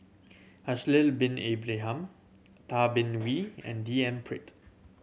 Haslir Bin Ibrahim Tay Bin Wee and D N Pritt